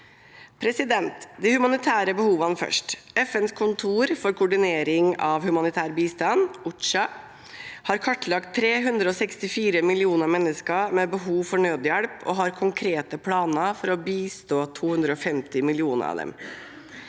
nød. De humanitære behovene først: FNs kontor for koordinering av humanitær bistand, OCHA, har kartlagt 364 millioner mennesker med behov for nødhjelp og har konkrete planer for å bistå 250 millioner av dem.